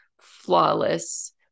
flawless